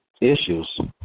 issues